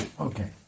okay